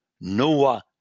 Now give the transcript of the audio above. Noah